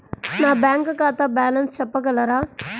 నా బ్యాంక్ ఖాతా బ్యాలెన్స్ చెప్పగలరా?